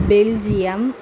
Belgium